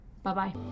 Bye-bye